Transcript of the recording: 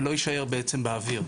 ולא יישאר בעצם באוויר.